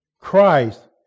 Christ